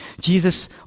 Jesus